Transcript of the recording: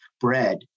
bread